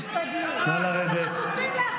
להחזיר את החטופים.